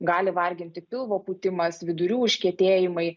gali varginti pilvo pūtimas vidurių užkietėjimai